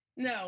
No